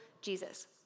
Jesus